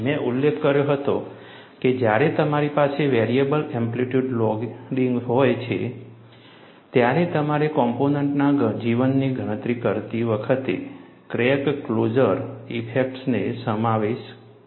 મેં ઉલ્લેખ કર્યો હતો કે જ્યારે તમારી પાસે વેરિયેબલ એમ્પ્લીટ્યુડ લોડિંગ હોય છે ત્યારે તમારે કોમ્પોનન્ટના જીવનની ગણતરી કરતી વખતે ક્રેક ક્લોઝર ઇફેક્ટ્સને સામેલ કરવી પડશે